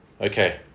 Okay